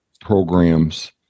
programs